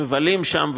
מבלים שם,